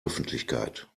öffentlichkeit